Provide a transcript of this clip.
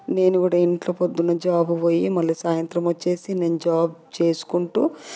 నేను కూడా ఇంట్లో పొద్దున్న జాబు పోయి మళ్ళీ సాయంత్రం వచ్చేసి నేను జాబ్ చేసుకుంటూ